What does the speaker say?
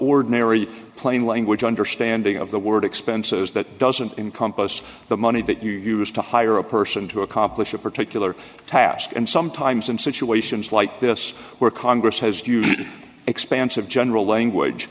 ordinary plain language understanding of the word expenses that doesn't encompass the money that you use to hire a person to accomplish a particular task and sometimes in situations like this where congress has used expansive general language